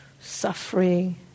suffering